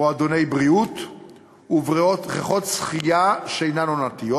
מועדוני בריאות ובריכות שחייה שאינן עונתיות.